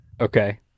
Okay